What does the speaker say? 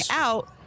out